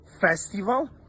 festival